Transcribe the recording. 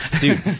dude